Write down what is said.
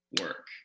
work